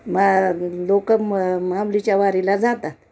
मा लोकं माऊलीची वारीला जातात